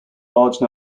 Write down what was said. large